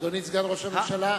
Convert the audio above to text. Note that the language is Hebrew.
אדוני סגן ראש הממשלה,